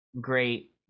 great